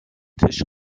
tisch